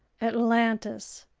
atlantis,